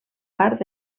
part